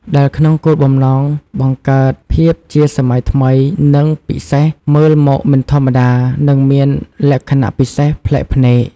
ដែលក្នុងគោលបំណងបង្កើតភាពជាសម័យថ្មី និងពិសេសមើលមកមិនធម្មតានិងមានលក្ខណៈពិសេសប្លែកភ្នែក។